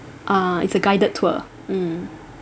uh it's a guided tour mm